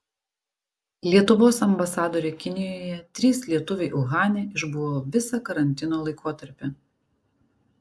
lietuvos ambasadorė kinijoje trys lietuviai uhane išbuvo visą karantino laikotarpį